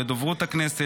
לדוברות הכנסת,